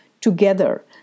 together